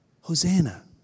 Hosanna